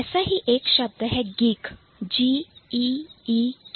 ऐसा ही एक शब्द है Geek